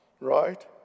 Right